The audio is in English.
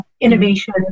innovation